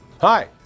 Hi